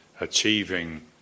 achieving